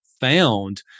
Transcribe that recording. found